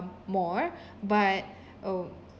more but um